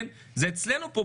אצלנו פה,